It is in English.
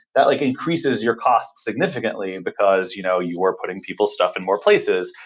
that like increases your costs significantly, because you know you are putting people's stuff in more places.